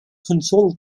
consult